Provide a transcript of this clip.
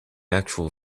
actual